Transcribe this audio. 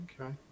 Okay